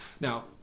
now